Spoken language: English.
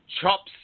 chops